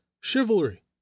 chivalry